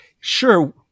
sure